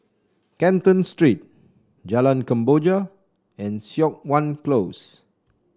Canton Street Jalan Kemboja and Siok Wan Close